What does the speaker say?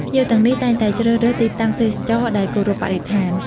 ភ្ញៀវទាំងនេះតែងតែជ្រើសរើសទីតាំងទេសចរណ៍ដែលគោរពបរិស្ថាន។